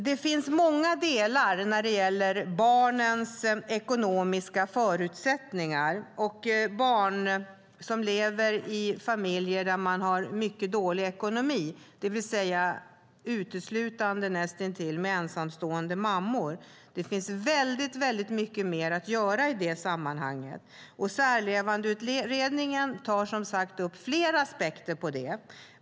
Det finns många delar när det gäller barnens ekonomiska förutsättningar och barn som lever i familjer där man har mycket dålig ekonomi, det vill säga nästintill uteslutande de som lever med ensamstående mammor. Det finns väldigt mycket mer att göra i det sammanhanget. Särlevandeutredningen tar upp flera aspekter på det.